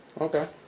Okay